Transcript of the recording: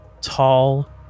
tall